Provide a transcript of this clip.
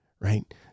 Right